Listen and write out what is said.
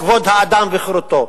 כבוד האדם וחירותו,